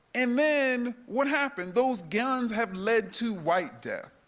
and then what happened? those guns have led to white death.